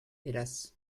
hélas